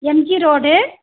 MG road